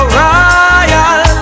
royal